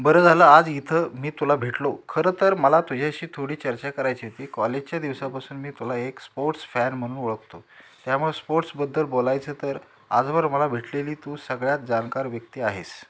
बरं झालं आज इथं मी तुला भेटलो खरं तर मला तुझ्याशी थोडी चर्चा करायची होती कॉलेजच्या दिवसापासून मी तुला एक स्पोर्ट्स फॅन म्हणून ओळखतो त्यामुळं स्पोर्ट्सबद्दल बोलायचं तर आजवर मला भेटलेली तू सगळ्यात जाणकार व्यक्ती आहेस